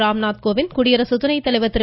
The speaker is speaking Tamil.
ராம்நாத் கோவிந்த குடியரசு துணைத்தலைவர் திரு